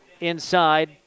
inside